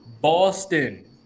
boston